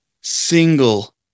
single